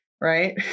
right